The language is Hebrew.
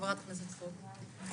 הדברים בסופו של דבר הם לא פשוטים.